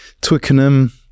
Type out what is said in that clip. Twickenham